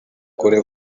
kure